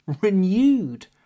renewed